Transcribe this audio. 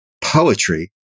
poetry